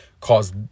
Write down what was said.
cause